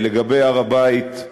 לגבי הר-הבית,